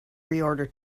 reorder